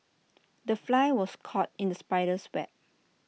the fly was caught in the spider's web